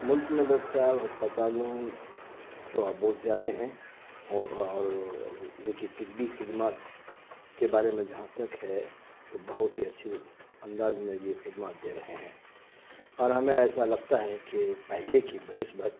ملک میں دستیاب ہسپتالوں تو اب بہت زیادہ ہیں اور اور ان کی طبی خدمات کے بارے میں جہاں تک ہے تو بہت ہی اچھی انداز میں یہ خدمات دے رہے ہیں اور ہمیں ایسا لگتا ہے کہ پہلے کی بنسبت